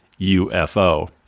UFO